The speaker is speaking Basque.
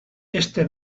heste